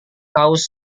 kaus